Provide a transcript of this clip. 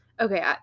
Okay